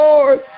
Lord